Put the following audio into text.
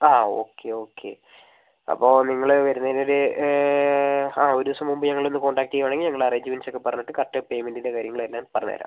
ആ okay okay അപ്പോൾ നിങ്ങൾ വരുന്നതിന് ഒരു ആ ഒരു ദിവസം മുമ്പ് ഞങ്ങളെ ഒന്ന് കോണ്ടാക്റ്റ് ചെയ്യുവാണെങ്കിൽ ഞങ്ങൾ അറേഞ്ച്മെന്റ്സ് ഒക്കെ പറഞ്ഞിട്ട് കറക്റ്റ് പേയ്മെൻറ്റിൻ്റെ കാര്യങ്ങളെല്ലാം പറഞ്ഞ് തരാം